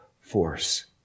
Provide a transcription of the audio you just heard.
force